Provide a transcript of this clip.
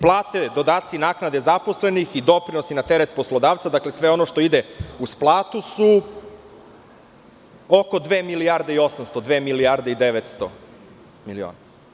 Plate, dodaci, naknade zaposlenih i doprinosi na teret poslodavca, sve ono što ide uz platu, su oko dve milijarde i 800, dve milijarde i 900 miliona.